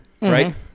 right